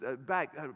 back